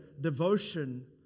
devotion